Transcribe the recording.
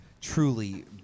truly